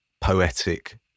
poetic